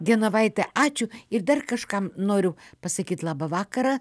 genovaite ačiū ir dar kažkam noriu pasakyt laba vakara